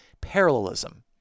parallelism